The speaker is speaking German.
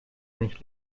nicht